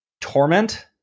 torment